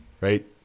right